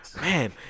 Man